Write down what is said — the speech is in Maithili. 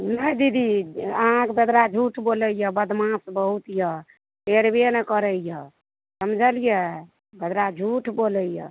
नहि दीदी अहाँके बेदरा झूठ बोलैये बदमाश बहुत यऽ टेरबे नहि करैया समझेलियै बेदरा झूठ बोलैया